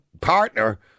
partner